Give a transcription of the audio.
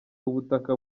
ubutaka